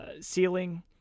ceiling